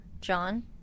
John